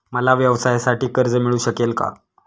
मला व्यवसायासाठी कर्ज मिळू शकेल का?